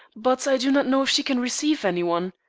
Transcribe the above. but i do not know if she can receive any one.